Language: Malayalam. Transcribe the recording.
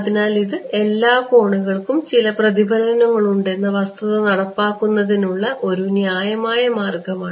അതിനാൽ ഇത് എല്ലാ കോണുകൾക്കും ചില പ്രതിഫലനങ്ങളുണ്ടെന്ന വസ്തുത നടപ്പിലാക്കുന്നതിനുള്ള ഒരു ന്യായമായ മാർഗമാണ്